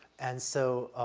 and so,